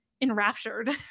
enraptured